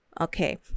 Okay